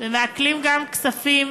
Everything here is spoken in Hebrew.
וגם כספים